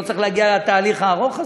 לא צריך להגיע לתהליך הארוך הזה,